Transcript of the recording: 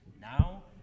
now